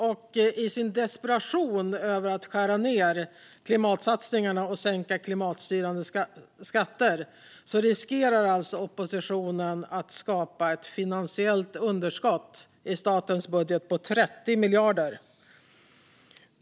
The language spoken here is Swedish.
Och i sin desperata nedskärning av klimatsatsningarna och de sänkta klimatstyrande skatterna riskerar alltså oppositionen att skapa ett finansiellt underskott i statens budget på 30 miljarder.